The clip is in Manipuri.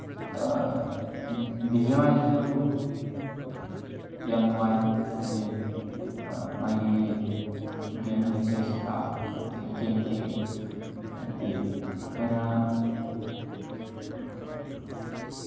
ꯕꯤ ꯑꯦꯝ ꯑꯥꯏꯁꯤꯁꯨ ꯌꯥꯝ ꯅꯨꯡꯉꯥꯏ ꯍꯥꯏꯗꯤ ꯃꯥꯒꯤ ꯒꯦꯝ ꯏꯟ ꯗ ꯐꯦꯁ ꯀꯩꯀꯥ ꯑꯗꯨꯗꯒꯤ ꯒꯦꯝ ꯄ꯭ꯂꯦ ꯑꯗꯤ ꯑꯩꯈꯣꯏꯅ